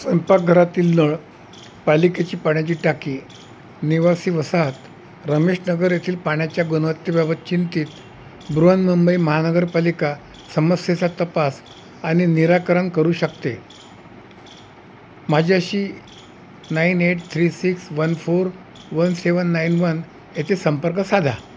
स्वयंपाकघरातील नळ पालिकेची पाण्याची टाकी निवासी वसाहत रमेश नगर येथील पाण्याच्या गुणवत्तेबाबत चिंतित बृहन्मुंबई महानगरपालिका समस्येचा तपास आणि निराकरण करू शकते माझ्याशी nine eight three six one four one seven nine one येथे संपर्क साधा